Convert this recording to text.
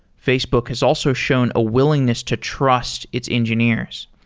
facebook has also shown a will ingness to trust its engineers.